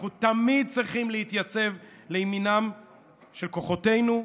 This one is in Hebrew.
אנחנו תמיד צריכים להתייצב לימינם של כוחותינו.